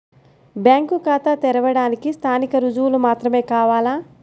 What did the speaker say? Bank ఖాతా తెరవడానికి స్థానిక రుజువులు మాత్రమే కావాలా?